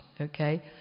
okay